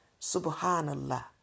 subhanallah